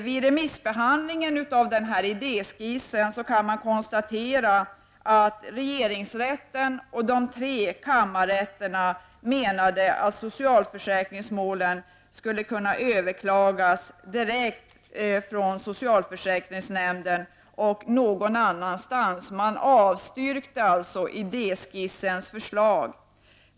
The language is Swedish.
Vid remissbehandlingen av denna idéskiss framförde regeringsrätten och de tre kammarrätterna åsikten att socialförsäkringsmålen skulle kunna överklagas direkt, från socialförsäkringsnämnden till något annat ställe. De avstyrkte alltså förslaget i idéskissen.